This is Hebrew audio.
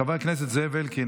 חבר הכנסת זאב אלקין,